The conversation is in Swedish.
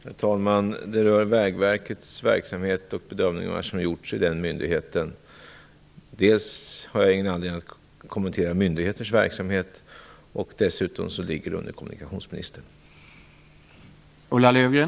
Herr talman! Frågan rör Vägverkets verksamhet och bedömningar som gjorts i den myndigheten. Dels har jag ingen anledning att kommentera myndigheters verksamhet, dels borde frågan ha ställts till kommunikationsministern.